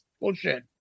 Bullshit